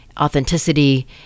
authenticity